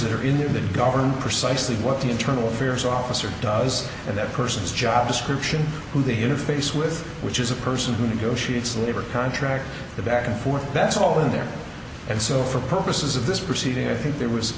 that are in there that govern precisely what the internal affairs officer does and that person's job description who they interface with which is a person who negotiates labor contracts the back and forth that's all over there and so for purposes of this proceeding i think there was